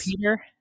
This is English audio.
Peter